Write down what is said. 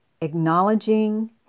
acknowledging